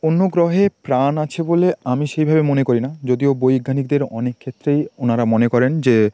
অন্য গ্রহে প্রাণ আছে বলে আমি সেইভাবে মনে করি না যদিও বৈজ্ঞানিকদের অনেক ক্ষেত্রেই ওনারা মনে করেন যে